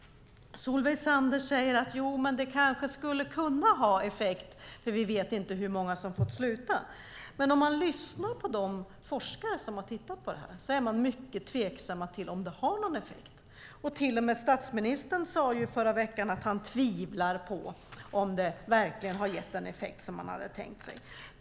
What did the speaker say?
Solveig Zander säger att det kanske skulle kunna ha effekt, och vi vet inte hur många som kunde ha fått sluta. Om man lyssnar på de forskare som har tittat på detta är de mycket tveksamma till om det har någon effekt. Till och med statsministern sade i förra veckan att han tvivlar på att det verkligen har gett den effekt som man hade tänkt sig.